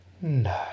No